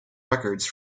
records